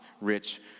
rich